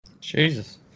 Jesus